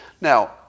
Now